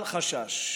אל חשש.